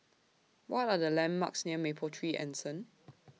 What Are The landmarks near Mapletree Anson